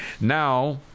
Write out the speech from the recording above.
Now